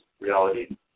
reality